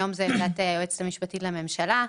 היום זה עמדת היועצת המשפטית לממשלה.